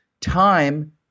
time